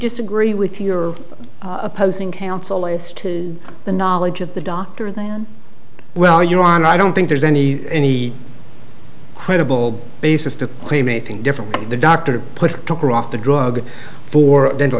disagree with your opposing counsel as to the knowledge of the doctor that well your honor i don't think there's any any credible basis to claim anything different the doctor put took her off the drug for dental